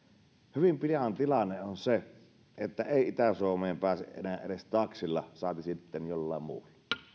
hyvin pian tilanne on se että itä suomeen ei pääse enää edes taksilla saati sitten jollain muulla